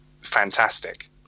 fantastic